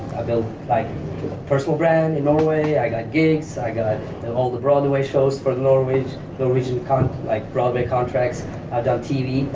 i built like personal brand in norway, i got gigs, i got all the broadway shows for norwegian norwegian kind of like broadway contracts, i've done tv.